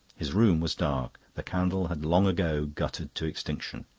his room was dark the candle had long ago guttered to extinction.